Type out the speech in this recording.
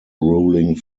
ruling